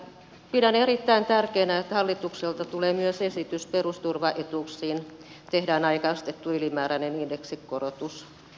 pidän erittäin tärkeänä että hallitukselta tulee myös esitys perusturvaetuuksiin tehdään aikaistettu ylimääräinen indeksikorotus